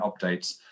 updates